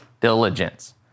diligence